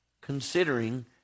considering